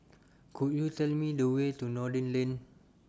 Could YOU Tell Me The Way to Noordin Lane